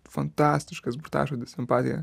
fantastiškas burtažodis empatija